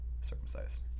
circumcised